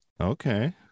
Okay